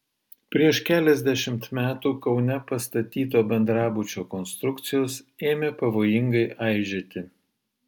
prieš keliasdešimt metų kaune pastatyto bendrabučio konstrukcijos ėmė pavojingai aižėti